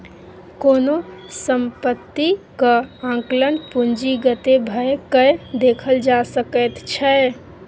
कोनो सम्पत्तीक आंकलन पूंजीगते भए कय देखल जा सकैत छै